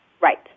Right